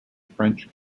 french